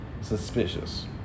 suspicious